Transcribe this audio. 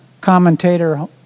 commentator